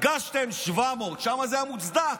הגשתם 700. שם זה היה מוצדק.